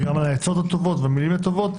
בעצות הטובות והמילים הטובות,